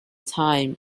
time